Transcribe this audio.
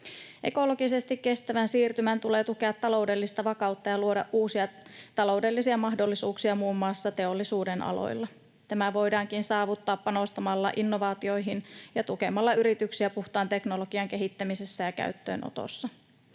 Ekologisesti kestävän siirtymän tulee tukea taloudellista vakautta ja luoda uusia taloudellisia mahdollisuuksia muun muassa teollisuuden aloilla. Tämä voidaankin saavuttaa panostamalla innovaatioihin ja tukemalla yrityksiä puhtaan teknologian kehittämisessä ja käyttöönotossa.